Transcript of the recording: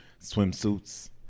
swimsuits